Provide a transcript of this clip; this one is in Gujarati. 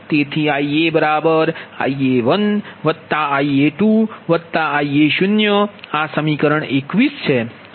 તેથી IaIa1Ia2Ia0 આ સમીકરણ 21 છે